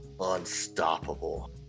unstoppable